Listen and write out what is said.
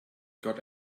got